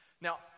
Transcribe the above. Now